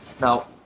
Now